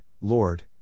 Lord